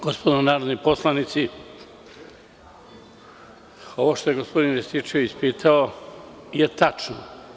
Gospodo narodni poslanici, ovo što je gospodin Rističević pitao je tačno.